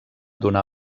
donar